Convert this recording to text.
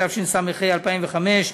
התשס"ה 2005,